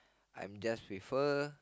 I'm just with her